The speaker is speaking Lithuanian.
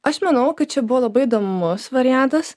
aš manau kad čia buvo labai įdomus variantas